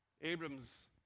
Abram's